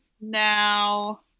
now